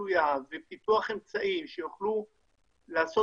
הבלתי-תלויה ופיתוח אמצעים שיוכלו לעשות